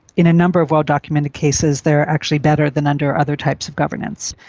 in a number of well documented cases they are actually better than under other types of governance.